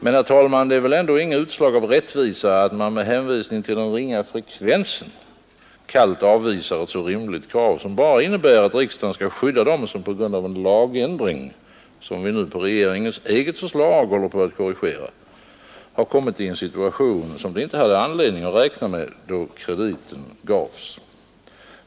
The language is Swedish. Men, herr talman, det är väl ändå inget utslag av rättvisa att med hänvisning till den ringa frekvensen kallt avvisa ett så rimligt krav som bara innebär att riksdagen skall skydda dem, som på grund av en lagändring, som vi nu på regeringens eget förslag håller på att korrigera, kommit i en situation, som de inte kunde förutse då krediten gavs.